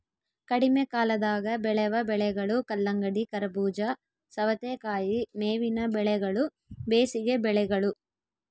ಕಡಿಮೆಕಾಲದಾಗ ಬೆಳೆವ ಬೆಳೆಗಳು ಕಲ್ಲಂಗಡಿ, ಕರಬೂಜ, ಸವತೇಕಾಯಿ ಮೇವಿನ ಬೆಳೆಗಳು ಬೇಸಿಗೆ ಬೆಳೆಗಳು